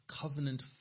covenant